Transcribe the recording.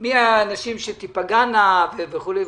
מי האנשים שתיפגענה וכו'.